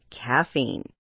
Caffeine